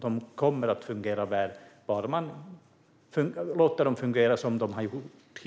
De kommer att fungera väl bara man låter dem fungera som de har gjort hittills.